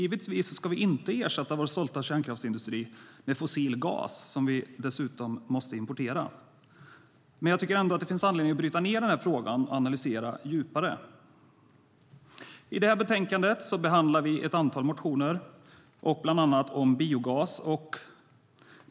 Givetvis ska vi inte ersätta vår stolta kärnkraftsindustri med fossil gas som vi dessutom måste importera. Det finns ändå anledning att bryta ned detta och att djupare analysera det. I betänkandet behandlar vi ett antal motioner bland annat om biogas.